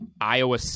iowa